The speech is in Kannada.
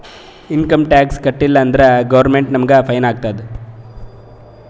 ಇನ್ಕಮ್ ಟ್ಯಾಕ್ಸ್ ಕಟ್ಟೀಲ ಅಂದುರ್ ಗೌರ್ಮೆಂಟ್ ನಮುಗ್ ಫೈನ್ ಹಾಕ್ತುದ್